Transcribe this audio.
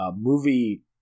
movie